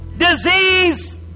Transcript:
disease